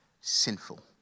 sinful